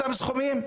אותם סכומים,